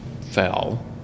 fell